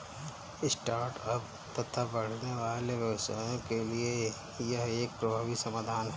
start ups तथा बढ़ने वाले व्यवसायों के लिए यह एक प्रभावी समाधान है